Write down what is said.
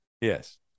Yes